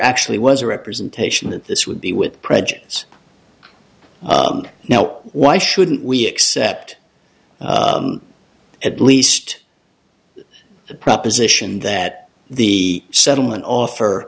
actually was a representation that this would be with prejudice now why shouldn't we accept at least the proposition that the settlement offer